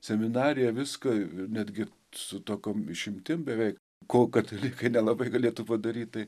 seminariją viską netgi su tokiom išimtim beveik ko katalikai nelabai galėtų padaryt tai